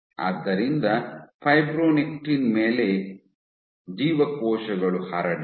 ಆದ್ದರಿಂದ ಫೈಬ್ರೊನೆಕ್ಟಿನ್ ಮೇಲೆ ಜೀವಕೋಶಗಳು ಹರಡಿದ್ದು